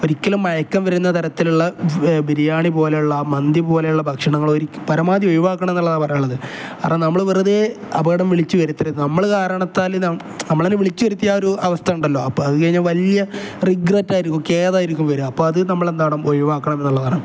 ഒരിക്കലും മയക്കം വരുന്ന തരത്തിലുള്ള ബിരിയാണി പോലെയുള്ള മന്തി പോലെയുള്ള ഭക്ഷണങ്ങൾ ഒഴിവാക്കുക പരമാവധി ഒഴിവാക്കണം എന്നുള്ളത് പറയാനുള്ളത് കാരണം നമ്മൾ വെറുതെ അപകടം വിളിച്ച് വരുത്തരുത് നമ്മൾ കാരണത്താൽ നമ്മളെ വിളിച്ച് വരുത്തിയ ആ ഒരു അവസ്ഥ ഉണ്ടല്ലോ അപ്പം അത് കഴിഞ്ഞാൽ വലിയ റിഗ്രറ്റ് ആയിരിക്കും ഖേദമായിരിക്കും വരിക അപ്പം അത് നമ്മൾ എന്താണ്ണം ഒഴിവാക്കണം എന്നുള്ളതാണ്